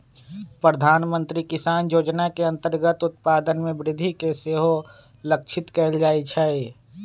प्रधानमंत्री किसान जोजना के अंतर्गत उत्पादन में वृद्धि के सेहो लक्षित कएल जाइ छै